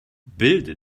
bilde